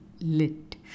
Lit